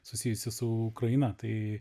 susijusi su ukraina tai